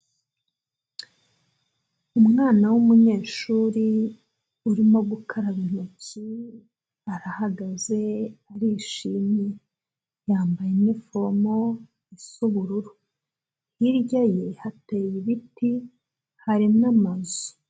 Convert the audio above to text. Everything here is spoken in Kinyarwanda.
Umwana w'umunyeshuri urimo gukaraba intoki, arahagaze arishimye yambaye iniforume isa ubururu, hirya ye hateye ibiti hari n'amazu.